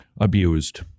abused